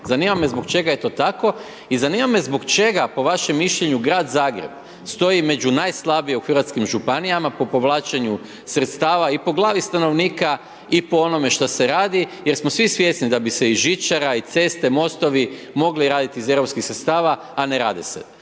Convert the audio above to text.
Zanima me zbog čega je to tako i zanima me zbog čega po vašem mišljenju Grad Zagreb stoji među najslabije u hrvatskim županijama po povlačenju sredstava i po glavi stanovnika i po onome što se radi jer smo svi svjesni da bi se i žičara i ceste, mostovi mogli raditi iz europskih sredstava a ne rade se.